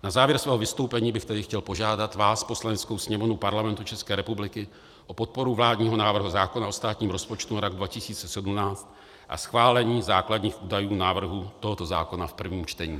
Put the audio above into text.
Na závěr svého vystoupení bych chtěl požádat vás, Poslaneckou sněmovnu Parlamentu České republiky, o podporu vládního návrhu zákona o státním rozpočtu na rok 2018 a schválení základních údajů návrhu tohoto zákona v prvním čtení.